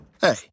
hey